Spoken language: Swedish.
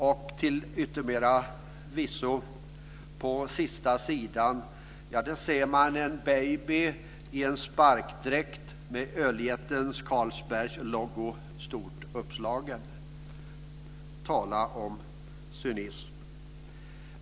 På sista sidan ser man till yttermera visso en baby i en sparkdräkt med öljätten Carlsbergs logotyp stort uppslagen. Tala om cynism!